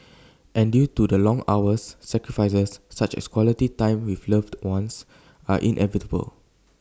and due to the long hours sacrifices such as equality time with loved ones are inevitable